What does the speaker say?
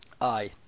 aye